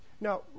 Now